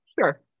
sure